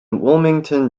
wilmington